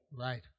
Right